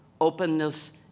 openness